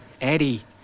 Eddie